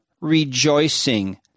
rejoicing